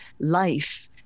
life